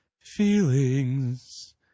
feelings